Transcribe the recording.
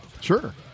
Sure